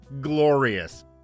glorious